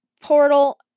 portal